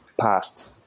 past